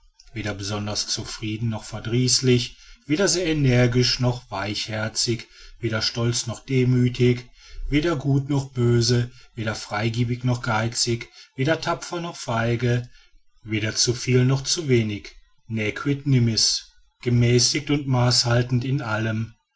weder besonders zufrieden noch verdrießlich weder sehr energisch noch weichherzig weder stolz noch demüthig weder gut noch böse weder freigebig noch geizig weder tapfer noch feige weder zu viel noch zu wenig ne quid nimis gemäßigt und maß haltend in allem